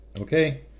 okay